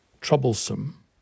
troublesome